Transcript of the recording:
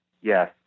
Yes